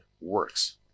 works